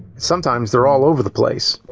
sometimes, they're all over the place.